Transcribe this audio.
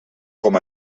com